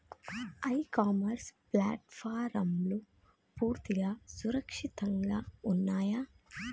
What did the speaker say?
ఇ commerce ప్లాట్ఫారమ్లు పూర్తిగా సురక్షితంగా ఉన్నయా?